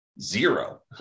zero